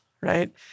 right